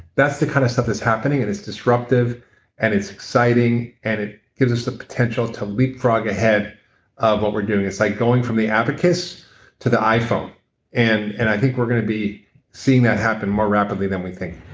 that's the kind of stuff that's happening and it's disruptive and it's exciting and it gives us the potential to leapfrog ahead of what we're doing. it's like going from the abacus to the iphone and and i think we're going to be seeing that happen more rapidly than we think